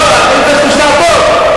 לא, אני רוצה שתשמע טוב.